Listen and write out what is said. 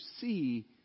see